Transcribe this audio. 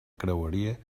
creueria